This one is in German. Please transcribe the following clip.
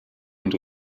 und